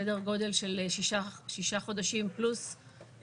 סדר גודל של שישה חודשים פלוס,